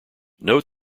note